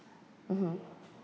mmhmm